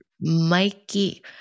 Mikey